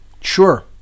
Sure